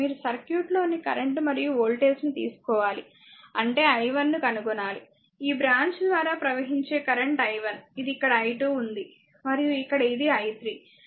మీరు సర్క్యూట్లో ని కరెంట్ మరియు వోల్టేజ్ ని తెలుసుకోవాలి అంటే i1 ను కనుగొనాలి ఈ బ్రాంచ్ ద్వారా ప్రవహించే కరెంట్ i1 ఇది ఇక్కడ i2 ఉంది మరియు ఇక్కడ ఇది i3